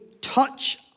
touch